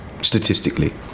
statistically